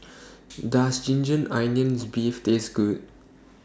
Does Ginger Onions Beef Taste Good